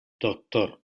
doctor